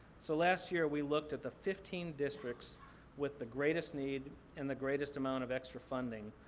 so last year, we looked at the fifteen districts with the greatest need and the greatest amount of extra funding,